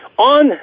On